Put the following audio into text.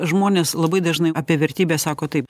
žmonės labai dažnai apie vertybes sako taip